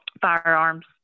firearms